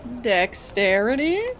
Dexterity